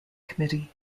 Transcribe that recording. committee